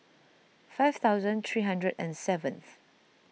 five thousand three hundred and seventh